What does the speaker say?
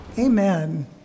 Amen